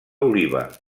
oliva